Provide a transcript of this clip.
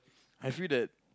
I feel that